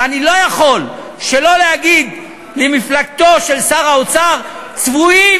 ואני לא יכול שלא להגיד למפלגתו של שר האוצר: צבועים,